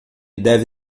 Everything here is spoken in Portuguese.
deve